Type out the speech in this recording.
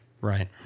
Right